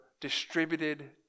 distributed